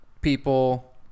people